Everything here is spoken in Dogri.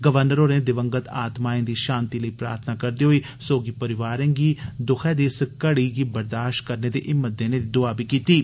गवर्नर होरें दिवंगत आत्माएं दी षांति लेई प्रार्थना करदे होई सोगी परोआरें गी दुक्खै गी इस घड़ी गी बर्दाष्त करने दी हिम्मत देने दी दुआ बी कीती ऐ